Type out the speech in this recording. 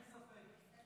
אין ספק.